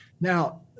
Now